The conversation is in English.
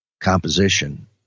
composition